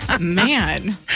Man